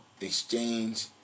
exchange